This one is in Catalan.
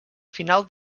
final